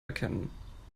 erkennen